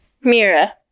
Mira